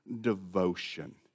devotion